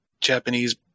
Japanese